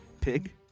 Pig